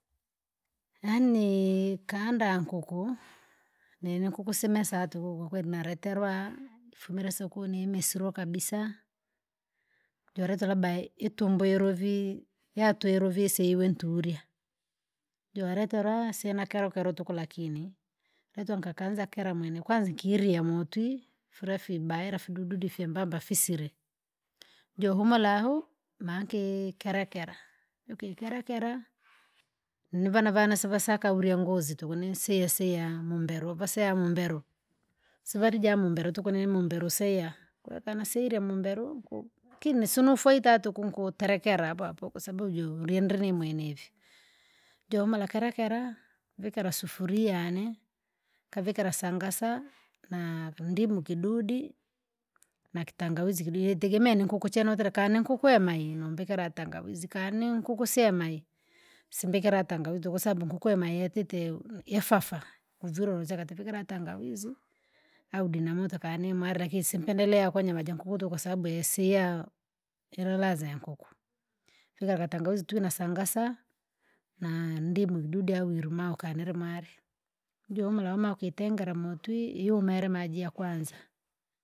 Yaani kanda nkuku, nini nkuku semesa tuku kwakweli naleterwa, kumira siuku nimisirya kabisa, joleto labda i- itumbwi yurovii, yatweru vii siwe nturya. Joleterwa sina kelokelo tuku lakini, leto nkakanza kira mwene kwanza ikirya motwi fula ifibaila vidududi fyembamba visile, johumura ahu, mankee kerakera, uki kerakera? nivana vana sivasaka ulya ngozi tuku nisiyasiya mumbelo vasiya mumbelo, sivari jamumbero tuku nimumbero seya, koo kana seirya mumbelo uku lakini nisunofaita tuku nkuterekera apoapo kwasababu joulindrii nimwenevi. Jomiola kalekera, vikira sufuria yane, kavikira sangasa na- ndimu kidudi, na kitangawizi kidi yetegemea ninkuku chenotera kininkukwema inombekera tangawizi kani nkuku siemai, simbikira tangawizi kwasabu nkukwema yatite yeo yefafa, uvilwe ulita katifikira tangawizi, au dinamoto kani mwari lakini simpendelea koo nyama jankuku tuku kwasababu yesiya. Ila raza yankuku, vika katangawizi tu nasangasa, naa- ndimu idudi au ilimao kanile male, johumura ama ukitengera motwi iyumere maji yakwanza.